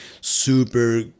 super